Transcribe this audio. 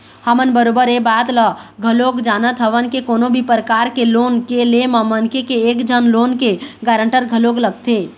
हमन बरोबर ऐ बात ल घलोक जानत हवन के कोनो भी परकार के लोन के ले म मनखे के एक झन लोन के गारंटर घलोक लगथे